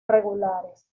regulares